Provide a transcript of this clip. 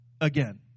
again